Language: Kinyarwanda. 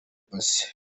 paccy